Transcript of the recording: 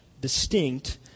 distinct